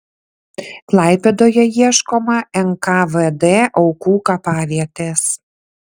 klaipėdoje ieškoma nkvd aukų kapavietės